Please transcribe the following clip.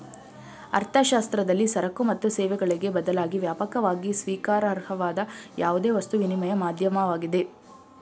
ಅರ್ಥಶಾಸ್ತ್ರದಲ್ಲಿ ಸರಕು ಮತ್ತು ಸೇವೆಗಳಿಗೆ ಬದಲಾಗಿ ವ್ಯಾಪಕವಾಗಿ ಸ್ವೀಕಾರಾರ್ಹವಾದ ಯಾವುದೇ ವಸ್ತು ವಿನಿಮಯ ಮಾಧ್ಯಮವಾಗಿದೆ